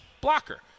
blocker